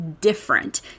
different